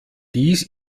dies